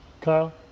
kyle